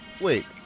Wait